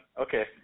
Okay